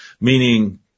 meaning